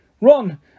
Ron